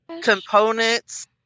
components